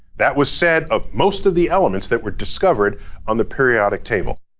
that was said of most of the elements that were discovered on the periodic table.